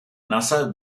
nasser